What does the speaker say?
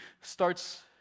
starts